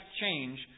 change